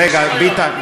רגע, ביטן.